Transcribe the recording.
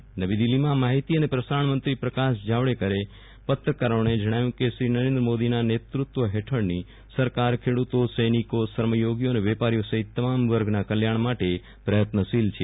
આજે નવી દિલ્હીમાં માહિતી અને પ્રસારણમંત્રી પ્રકાશ જાવડેકરે પત્રકારોને જણાવ્યું કે શ્રી નરેન્દ્ર મોદીના નેતૃત્વ હેઠળની સરકાર ખેડ઼તોસૈનિકો શ્રમયોગીઓ અને વેપારીઓ સહિત તમામ વર્ગના કલ્યાણ પ્રયત્નશીલ છે